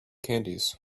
candies